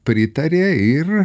pritarė ir